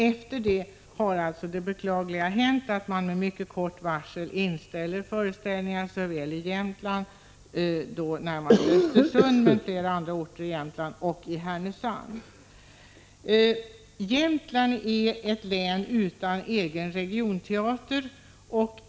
Efter detta har alltså det beklagliga hänt att Dramaten med kort varsel inställer föreställningar i Jämtland — framför allt i Östersund men också på andra orter — och i Härnösand. Jämtland är ett län utan egen regionteater.